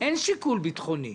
אין שיקול ביטחוני,